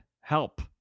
help